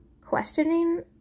questioning